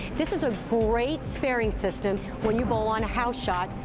this is a great sparing system where you bowl on a house shot,